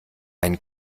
ein